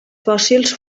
fòssils